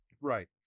Right